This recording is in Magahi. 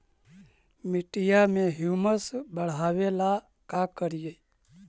मिट्टियां में ह्यूमस बढ़ाबेला का करिए?